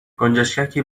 گنجشکی